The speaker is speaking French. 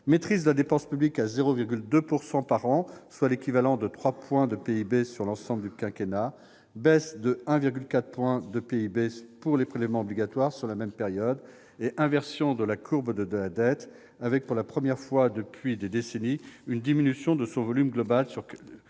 maîtrise de la dépense publique à 0,2 % par an, soit l'équivalent de 3 points de PIB sur l'ensemble du quinquennat ; baisse de 1,4 point de PIB pour les prélèvements obligatoires sur la même période ; inversion de la courbe de la dette, avec, pour la première fois depuis des décennies, une diminution de son volume global